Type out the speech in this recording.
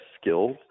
skills